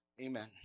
Amen